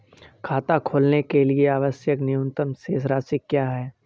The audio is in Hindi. खाता खोलने के लिए आवश्यक न्यूनतम शेष राशि क्या है?